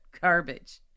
garbage